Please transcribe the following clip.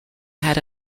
had